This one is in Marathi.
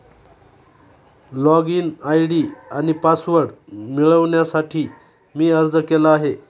लॉगइन आय.डी आणि पासवर्ड मिळवण्यासाठी मी अर्ज केला आहे